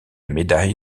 médaille